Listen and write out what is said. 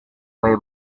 bari